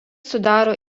sudaro